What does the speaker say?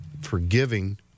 forgiving